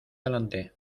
delante